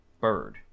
bird